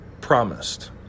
promised